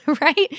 right